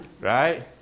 Right